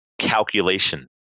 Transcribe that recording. calculation